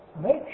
make